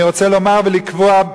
אני רוצה לומר ולקבוע,